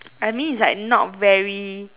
I mean is like not very